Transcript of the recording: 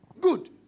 Good